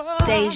Deja